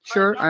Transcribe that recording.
Sure